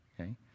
Okay